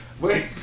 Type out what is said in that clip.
Wait